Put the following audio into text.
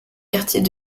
quartiers